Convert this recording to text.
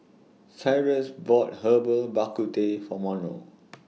Cyrus bought Herbal Bak Ku Teh For Monroe